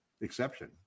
exception